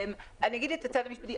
אני אגיד את הצד המשפטי,